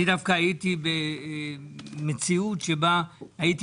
אני דווקא הייתי במציאות שבה הייתי